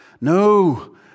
No